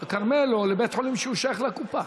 לכרמל או לבית חולים ששייך לקופה.